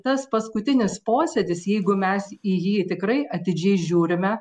tas paskutinis posėdis jeigu mes į jį tikrai atidžiai žiūrime